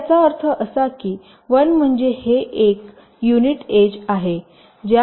तर याचा अर्थ असा की 1 म्हणजे हे एक युनिट एज आहे ज्यामध्ये 1 गेट असते